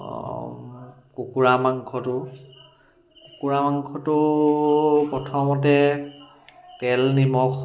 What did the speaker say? কুকুৰা মাংসটো কুকুৰা মাংসটো প্ৰথমতে তেল নিমখ